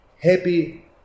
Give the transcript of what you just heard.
happy